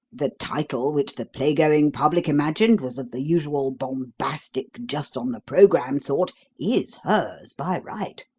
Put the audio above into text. the title which the playgoing public imagined was of the usual bombastic, just-on-the-programme sort, is hers by right.